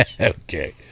okay